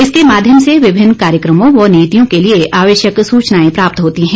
इसके माध्यम से विभिन्न कार्यक्रमों व नीतियों के लिए आवश्यक सूचनाए प्राप्त होती हैं